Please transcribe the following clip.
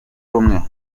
rumwe